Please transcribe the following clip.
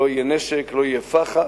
לא יהיה נשק, לא יהיה פח"ע.